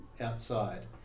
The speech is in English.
outside